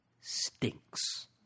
stinks